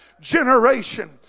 generation